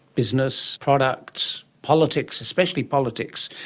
business, products, politics, especially politics,